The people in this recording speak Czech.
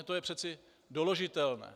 To je přece doložitelné.